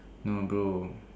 no blue